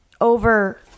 over